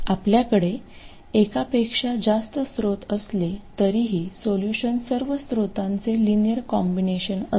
आपल्याकडे एकापेक्षा जास्त स्त्रोत असले तरीही सोल्युशन सर्व स्त्रोतांचे लिनियर कॉम्बिनेशन असेल